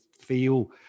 feel